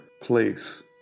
place